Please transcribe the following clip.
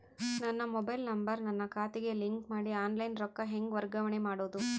ನನ್ನ mobile number ನನ್ನ ಖಾತೆಗೆ ಲಿಂಕ್ ಮಾಡಿ ಆನ್ಲೈನ್ ರೊಕ್ಕ ಹೆಂಗ ವರ್ಗಾವಣೆ ಮಾಡೋದು?